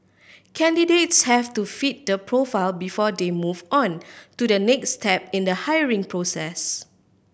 candidates have to fit the profile before they move on to the next step in the hiring process